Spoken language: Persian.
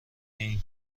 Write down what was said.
این